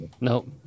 nope